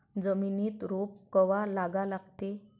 जमिनीत रोप कवा लागा लागते?